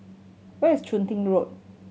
where is Chun Tin Road